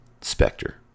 Spectre